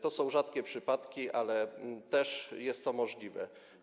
To są rzadkie przypadki, ale jest to możliwe.